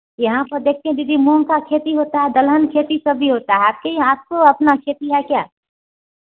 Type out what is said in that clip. यहाँ तो देखते दीदी मूंग का खेती होता है दलहन खेती सभी होता है आपके यहाँ कोई अपना खेती है क्या